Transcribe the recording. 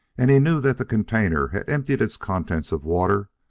and he knew that the container had emptied its contents of water,